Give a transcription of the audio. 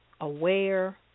aware